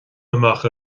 amach